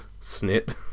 Snit